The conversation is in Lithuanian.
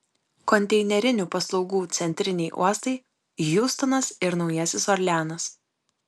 konteinerinių paslaugų centriniai uostai hjustonas ir naujasis orleanas